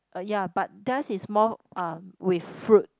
uh ya but theirs is more uh with fruit